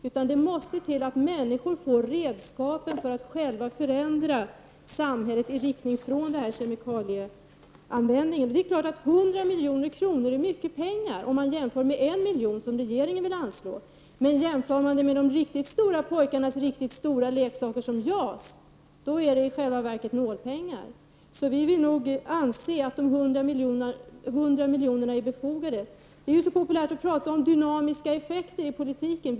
Människor måste få redskap att själva förändra samhället i riktning från denna kemikalieanvändning. Visst är 100 milj.kr. som sagt mycket pengar jämfört med den enda miljon som regeringen vill anslå. Men jämfört med de riktigt stora pojkarnas riktigt stora leksak JAS är det faktiskt nålpengar. Vi anser att ett anslag på 100 milj.kr. är befogat. Det är ju så populärt att tala om dynamiska effekter i politiken.